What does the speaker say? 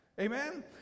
Amen